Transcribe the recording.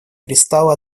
перестала